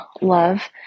love